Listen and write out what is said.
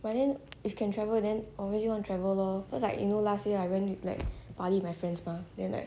but then if can travel then obviously wanna travel lor because like you know last year I went like bali with my friends mah then like